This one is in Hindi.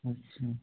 अच्छा